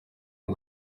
and